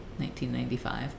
1995